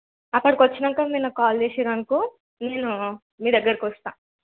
అక్కడకి వచ్చినాకా మీరు నాకు కాల్ చేసిర్రు అనుకో నేను మీ దగ్గరకి వస్తాను